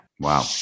Wow